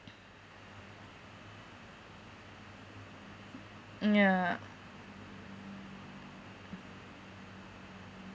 mm yeah